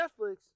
Netflix